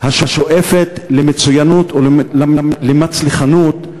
השואפת למצוינות או למצליחנות,